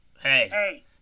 Hey